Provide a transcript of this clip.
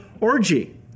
orgy